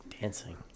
dancing